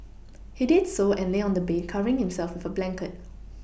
he did so and lay on the bed covering himself with a blanket